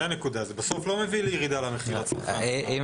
אין